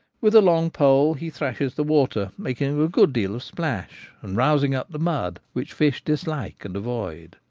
with a long pole he thrashes the water, making a good deal of splash, and rousing up the mud, which fish dislike and avoid.